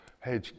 hey